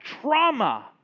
trauma